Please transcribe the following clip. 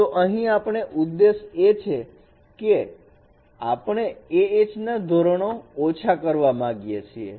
તો અહીં આપણે ઉદ્દેશ એ છે કે આપણે Ah ના ધોરણ ઓછા કરવા માગીએ છીએ